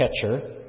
catcher